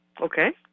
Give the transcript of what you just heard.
Okay